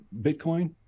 Bitcoin